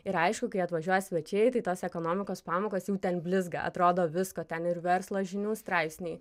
ir aišku kai atvažiuoja svečiai tai tos ekonomikos pamokos jau ten blizga atrodo visko ten ir verslo žinių straipsniai